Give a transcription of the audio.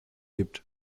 gibt